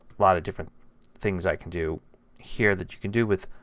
lot of different things i can do here that you can do with